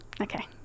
Okay